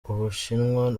ubushinwa